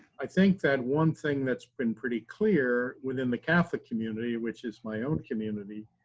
i think that one thing that's been pretty clear within the catholic community, which is my own community,